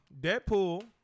Deadpool